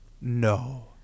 No